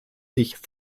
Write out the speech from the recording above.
sich